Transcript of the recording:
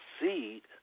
seed